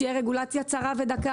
בעולמות ה-OTT תהיה רגולציה צרה ודקה.